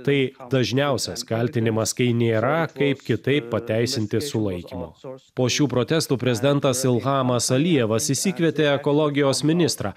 tai dažniausias kaltinimas kai nėra kaip kitaip pateisinti sulaikymo po šių protestų prezidentas ilhamas alijevas išsikvietė ekologijos ministrą